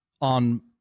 on